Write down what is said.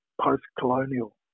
post-colonial